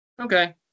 Okay